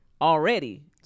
Already